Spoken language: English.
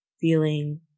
feeling